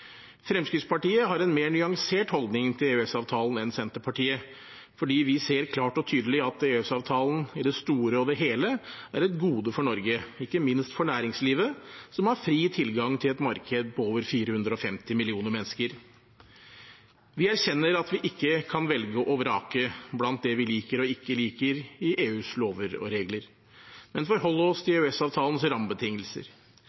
Fremskrittspartiet har en mer nyansert holdning til EØS-avtalen enn Senterpartiet, for vi ser klart og tydelig at EØS-avtalen i det store og hele er et gode for Norge – ikke minst for næringslivet, som har fri tilgang til et marked på over 450 millioner mennesker. Vi erkjenner at vi ikke kan velge og vrake blant det vi liker og ikke liker av EUs lover og regler, men forholder oss til